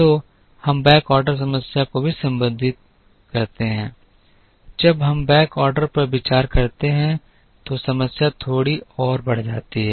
तो हम बैकऑर्डर समस्या को भी संबोधित करते हैं जब हम बैकऑर्डर पर विचार करते हैं तो समस्या थोड़ी और बढ़ जाती है